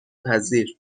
پذیر